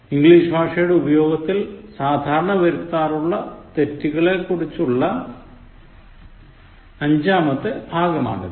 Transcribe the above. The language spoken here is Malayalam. ഇംഗ്ലീഷ് ഭാഷയുടെ ഉപയോഗത്തിൽ സാധാരണ വരുത്താറുള്ള തെറ്റുകളെക്കുറിച്ചുള്ള അഞ്ചാമത്തെ ഭാഗമാണിത്